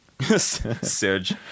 Serge